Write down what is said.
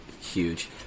huge